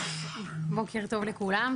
בוקר טוב לכולם,